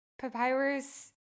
papyrus